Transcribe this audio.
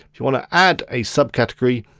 if you wanna add a subcategory,